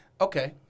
Okay